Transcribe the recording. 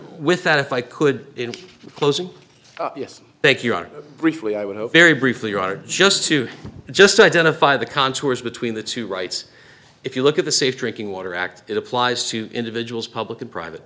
with that if i could in closing yes thank you ron briefly i would hope very briefly or are just to just identify the contours between the two rights if you look at the safe drinking water act it applies to individuals public and private